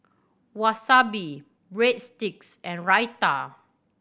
Wasabi Breadsticks and Raita